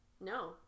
No